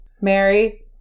Mary